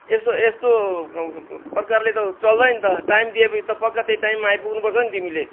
यस्तो यस्तो प्रकारले त चल्दैन त टाइम दिए पछि त पक्का त्यही टाइममा आइपुग्नु पर्छ नि तिमीले